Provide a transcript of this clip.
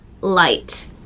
light